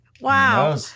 Wow